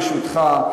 ברשותך,